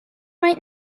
right